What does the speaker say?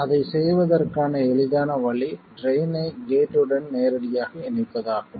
அதைச் செய்வதற்கான எளிதான வழி ட்ரைன் ஐ கேட் உடன் நேரடியாக இணைப்பதாகும்